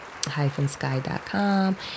HyphenSky.com